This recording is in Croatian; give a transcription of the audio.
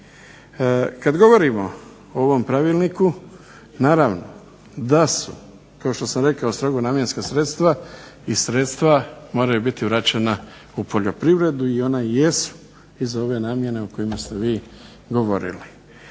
Kad govorimo o ovom pravilniku naravno da su kao što sam rekao strogo namjenska sredstva i sredstva moraju biti vraćena u poljoprivredu i ona jesu iz ove namjene o kojima ste vi govorili.